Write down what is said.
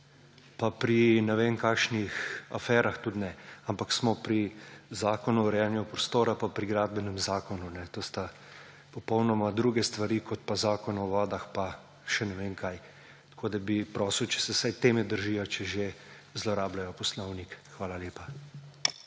pa pri ne vem kakšnih aferah tudi ne, ampak smo pri Zakonu o urejanju prostora pa pri Gradbenem zakonu. To so popolnoma druge stvari, kot pa je Zakon o vodah pa še ne vem kaj. Prosil bi, da se vsaj teme držijo, če že zlorabljajo poslovnik. Hvala lepa.